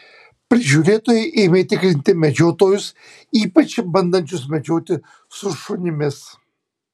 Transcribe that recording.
prižiūrėtojai ėmė tikrinti medžiotojus ypač bandančius medžioti su šunimis